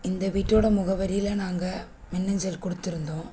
இந்த வீட்டோட முகவரியில் நாங்கள் மின்னஞ்சல் கொடுத்துருந்தோம்